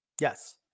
Yes